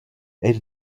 eir